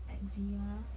eczema